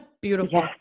Beautiful